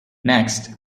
next